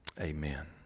amen